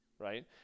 right